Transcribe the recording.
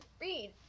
read